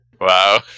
Wow